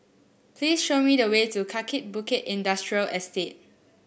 please show me the way to Kaki Bukit Industrial Estate